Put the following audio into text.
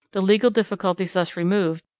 the legal difficulties thus removed,